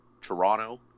Toronto